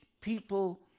people